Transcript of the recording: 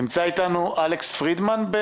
נמצא איתנו אלכס פרידמן?